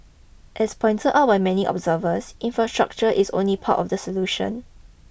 as pointer out by many observers infrastructure is only part of the solution